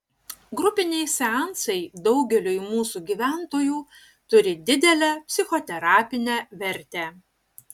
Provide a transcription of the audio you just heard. grupiniai seansai daugeliui mūsų gyventojų turi didelę psichoterapinę vertę